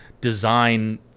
design